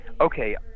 okay